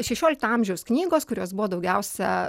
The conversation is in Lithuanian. šešiolikto amžiaus knygos kurios buvo daugiausia